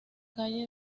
calle